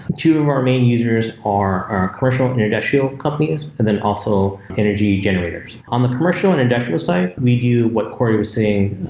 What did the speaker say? two of our main users are commercial and industrial companies, then also energy generators. on the commercial and industrial side, we do what corey was saying,